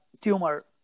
tumor